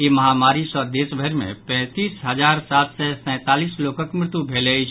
ई महामारी सँ देशभरि मे पैंतीस हजार सात सय सैंतालीस लोकक मृत्यु भेल अछि